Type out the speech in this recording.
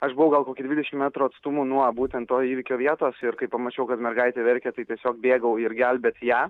aš buvau gal kokių dvidešimt metrų atstumu nuo būtent to įvykio vietos ir kai pamačiau kad mergaitė verkia tai tiesiog bėgau ir gelbėti ją